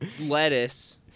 lettuce